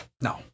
No